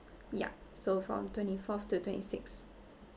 ya so from twenty fourth to twenty sixth